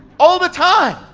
all the time.